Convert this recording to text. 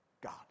God